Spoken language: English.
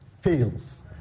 fails